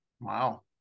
Wow